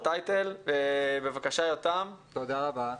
תודה רבה.